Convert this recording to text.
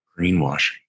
Greenwashing